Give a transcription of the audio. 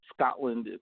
Scotland